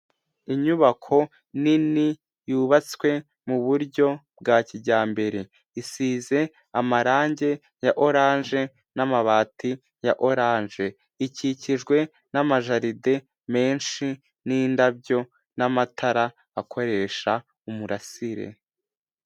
Inyubako nini yubatswe mu buryo bwa kijyambere, isize amarangi ya oranje n'amabati ya oranje, ikikijwe n'amajaride menshi n'indabyo n'amatara akoresha umurasire.